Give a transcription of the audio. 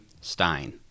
Stein